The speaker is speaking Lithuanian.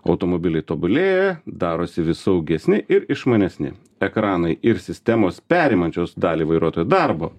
automobiliai tobulėja darosi vis saugesni ir išmanesni ekranai ir sistemos perimančios dalį vairuotojo darbo